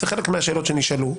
זה חלק מהשאלות שנשאלו.